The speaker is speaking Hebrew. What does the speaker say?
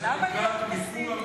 חבר הכנסת פרץ,